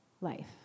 life